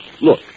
Look